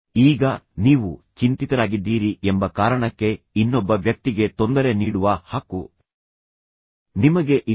ಈಗ ನೀವು ಚಿಂತಿತರಾಗಿದ್ದೀರಿ ಎಂಬ ಕಾರಣಕ್ಕೆ ಇನ್ನೊಬ್ಬ ವ್ಯಕ್ತಿಗೆ ತೊಂದರೆ ನೀಡುವ ಹಕ್ಕು ನಿಮಗೆ ಇಲ್ಲ